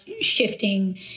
shifting